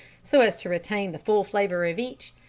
so as to retain the full flavour of each,